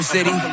City